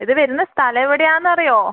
ഇത് വരുന്ന സ്ഥലം എവിടെയാണെന്ന് അറിയോ